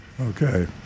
Okay